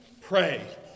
pray